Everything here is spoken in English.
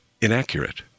inaccurate